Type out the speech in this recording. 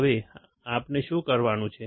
હવે આપણે શું કરવાનું છે